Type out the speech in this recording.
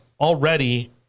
already